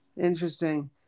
Interesting